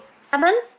Seven